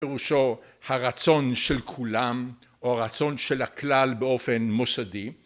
פרוש הרצון של כולם או הרצון של הכלל באופן מוסדי